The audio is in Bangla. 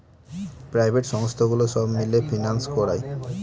প্রাইভেট সংস্থাগুলো সব মিলে ফিন্যান্স করায়